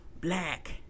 black